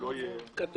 שלא יהיה בדיליי.